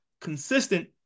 consistent